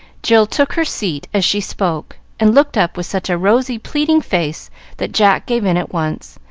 jill took her seat as she spoke, and looked up with such a rosy, pleading face that jack gave in at once,